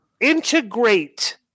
integrate